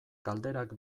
galderak